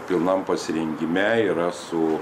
pilnam pasirengime yra su